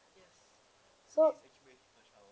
so